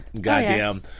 goddamn